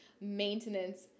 maintenance